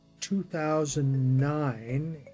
2009